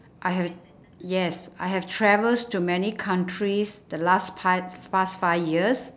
I have yes I have travels to many countries the last five past five years